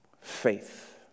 faith